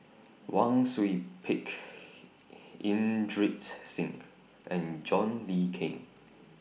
Wang Sui Pick Inderjit Singh and John Le Cain